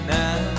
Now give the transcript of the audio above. now